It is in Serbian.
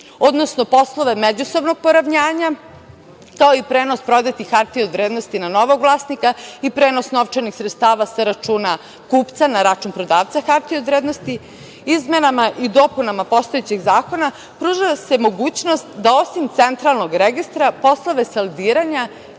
odnosno poslove međusobnog poravnjanja, kao i prenos prodatih hartija od vrednosti na novog vlasnika i prenos novčanih sredstava sa računa kupca na račun prodavca hartija od vrednosti. Izmenama i dopunama postojećeg zakona pruža se mogućnost da osim Centralnog registra poslove saldiranja